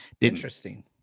interesting